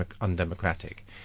undemocratic